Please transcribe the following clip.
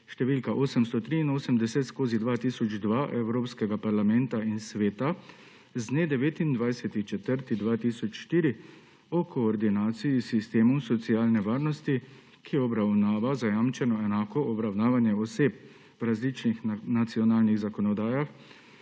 številka 883/2004, Evropskega parlamenta in Sveta z dne 29. 4. 2004 o koordinaciji sistemov socialne varnosti, ki obravnava zajamčeno enako obravnavanje oseb po različnih nacionalnih zakonodajah,